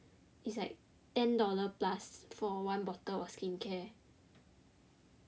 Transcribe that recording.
it's like ten dollar plus for one bottle of skincare